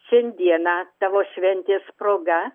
šiandieną tavo šventės proga